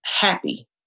happy